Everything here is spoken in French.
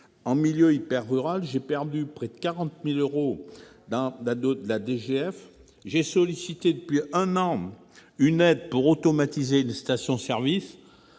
en milieu hyper-rural, a perdu près de 40 000 euros au titre de la DGF ; j'ai sollicité, depuis un an, une aide pour automatiser une station-service,